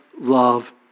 love